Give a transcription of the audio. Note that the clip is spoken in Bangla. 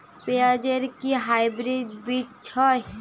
পেঁয়াজ এর কি হাইব্রিড বীজ হয়?